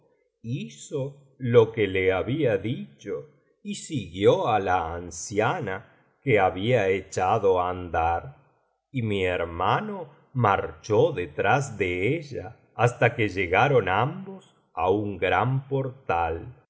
hizo lo que le había dicho y siguió á la anciana que había echado á andar y mi hermano marchó detrás de ella hasta que llegaron ambos á un gran portal